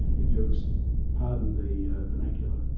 if you pardon the vernacular,